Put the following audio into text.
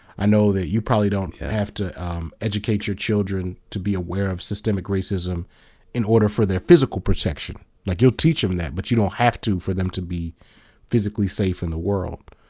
i know that you probably don't yeah have to um educate your children to be aware of systemic racism in order for their physical protection like you'll teach them that but you don't have to for them to be physically safe in the world.